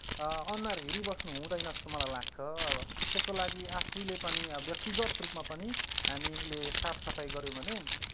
अनुहार हेरिबस्नु हुँदैन जस्तो मलाई लाग्छ अब त्यसको लागि आफूले पनि अब व्यक्तिगत रूपमा पनि हामीले साफसफाई गर्यौँ भने